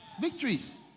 victories